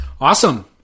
Awesome